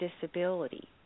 disability